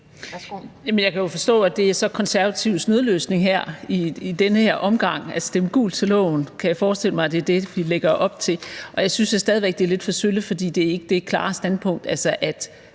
jeg kan jo forstå, at det så er De Konservatives nødløsning i den her omgang at stemme gult til lovforslaget – jeg kan forestille mig, at det er det, de lægger op til. Jeg synes jo stadig væk, at det er lidt for sølle, for det er ikke det klare standpunkt, at man